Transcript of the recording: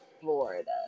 florida